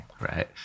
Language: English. Right